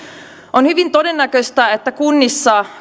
on hyvin todennäköistä että kunnissa